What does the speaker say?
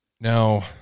Now